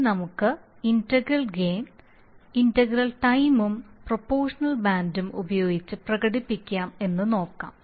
ഇനി നമുക്ക് integral gain integral ടൈമും പ്രൊപോഷണൽ ബാൻഡും ഉപയോഗിച്ച് പ്രകടിപ്പിക്കാം എന്ന് നോക്കാം